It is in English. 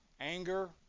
anger